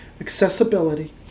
accessibility